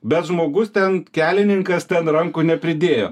bet žmogus ten kelininkas ten rankų nepridėjo